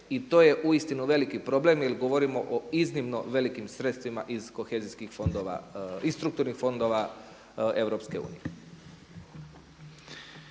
i to je uistinu veliki problem jer govorimo o iznimno velikim sredstvima iz kohezijskih fondova, iz strukturnih fondova EU. **Reiner,